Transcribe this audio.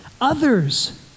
others